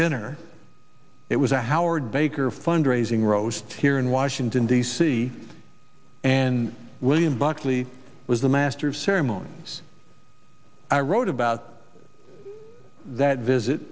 dinner it was a howard baker fund raising roast here in washington d c and william buckley was the master of ceremonies i wrote about that visit